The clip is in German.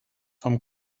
vom